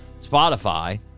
Spotify